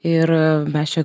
ir mes čia